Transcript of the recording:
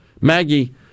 Maggie